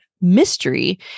mystery